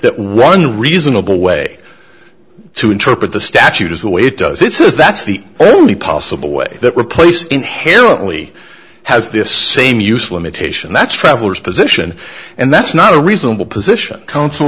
that one reasonable way to interpret the statute as the way it does it says that's the only possible way that replaces inherently has this same use limitation that's travelers position and that's not a reasonable position counsel